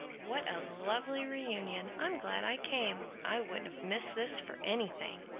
what a lovely re-union. i'm glad i came. i wouldn't have missed this for anything!